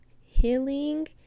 Healing